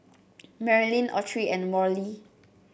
Merilyn Autry and Worley